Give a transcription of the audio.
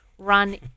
run